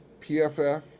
PFF